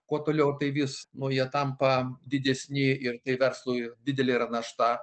kuo toliau tai vis nu jie tampa didesni ir tai verslui didelė našta